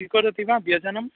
स्वीकरोति वा व्यजनं